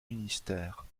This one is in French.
ministère